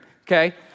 okay